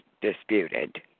disputed